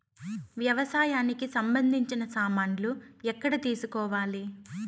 వ్యవసాయానికి సంబంధించిన సామాన్లు ఎక్కడ తీసుకోవాలి?